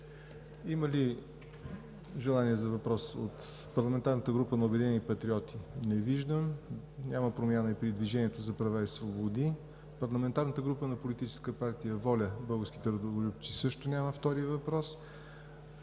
Има ли желание за въпрос от парламентарната група на „Обединени патриоти“? Не виждам. Няма промяна и при „Движението за права и свободи“. Парламентарната група на Политическа партия „ВОЛЯ –Българските Родолюбци“ също няма втори въпрос.